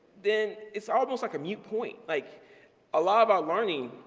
then it's almost like a mute-point. like a lot of our learning,